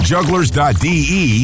Jugglers.de